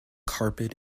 carpet